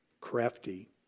Crafty